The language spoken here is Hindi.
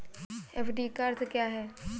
एफ.डी का अर्थ क्या है?